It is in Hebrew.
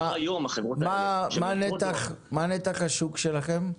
מה נתח השוק שלכם?